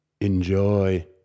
enjoy